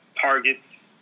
target's